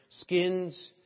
skins